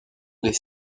des